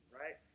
right